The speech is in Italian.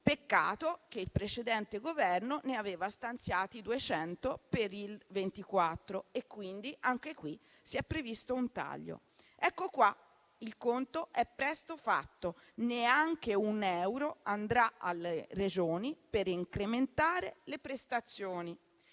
Peccato che il precedente Governo ne aveva stanziati 200 per il 2024. Quindi, anche qui, si è previsto un taglio. Ecco qua, il conto è presto fatto: neanche un euro andrà alle Regioni per incrementare le prestazioni.